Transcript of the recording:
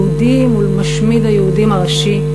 יהודי מול משמיד היהודים הראשי,